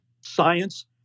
science